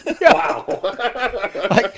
wow